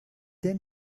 then